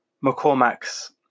McCormack's